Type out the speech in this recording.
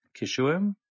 kishuim